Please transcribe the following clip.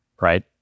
right